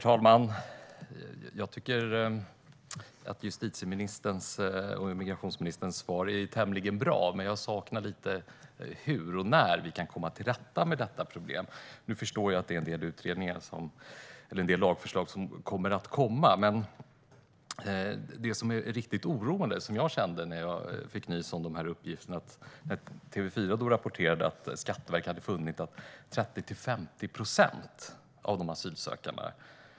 Herr talman! Jag tycker att justitie och migrationsministerns svar är tämligen bra. Det jag saknar lite är hur och när vi ska komma till rätta med detta problem, men jag förstår att det är en del lagförslag som kommer att komma. Jag kände verklig oro när jag fick nys om de här uppgifterna.